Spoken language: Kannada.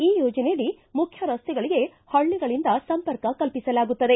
ಈ ಯೋಜನೆಯಡಿ ಮುಖ್ಯ ರಸ್ತೆಗಳಿಗೆ ಹಳ್ಳಗಳಿಂದ ಸಂಪರ್ಕ ಕಲ್ಪಿಸಲಾಗುತ್ತದೆ